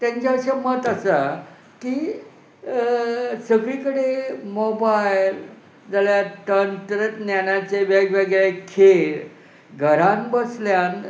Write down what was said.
तांचें अशें मत आसा की सगळी कडेन मोबायल जाल्या तंत्रज्ञानाचे वेगवेगळे खेळ घरान बसल्यान